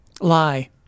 Lie